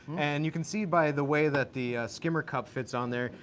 and you can see by the way that the skimmer cup fits on there,